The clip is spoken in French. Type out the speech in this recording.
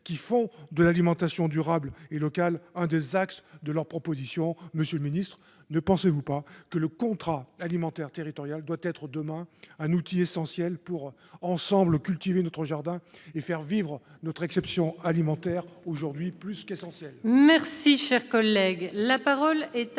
ont fait de l'alimentation durable et locale l'un des axes de leurs propositions. Monsieur le ministre, ne pensez-vous pas que le contrat alimentaire territorial doit être, demain, un outil essentiel pour cultiver ensemble notre jardin et faire vivre notre exception alimentaire aujourd'hui plus qu'essentielle ?